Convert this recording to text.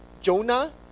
Jonah